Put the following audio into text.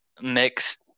mixed